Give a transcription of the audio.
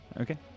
Okay